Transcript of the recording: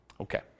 Okay